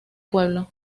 pueblo